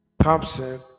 Thompson